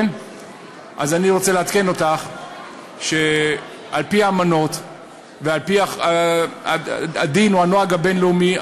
אז אני רוצה לעדכן אותך שעל-פי האמנות ועל-פי הדין או הנוהג הבין-לאומי,